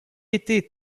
était